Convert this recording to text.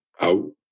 out